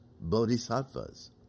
Bodhisattvas